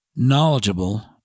knowledgeable